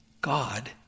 God